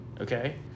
okay